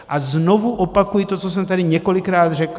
A znovu opakuji to, co jsem tady několikrát řekl.